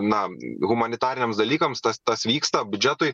na humanitariniams dalykams tas tas vyksta biudžetui